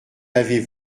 avait